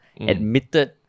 admitted